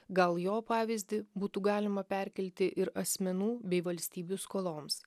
gal jo pavyzdį būtų galima perkelti ir asmenų bei valstybių skoloms